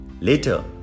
Later